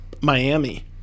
Miami